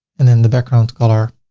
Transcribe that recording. and then the background color